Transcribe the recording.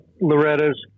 Loretta's